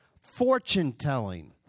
fortune-telling